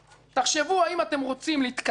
תחשבו האם אתם רוצים להתקדם,